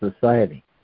Society